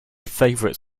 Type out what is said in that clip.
favorite